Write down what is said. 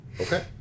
Okay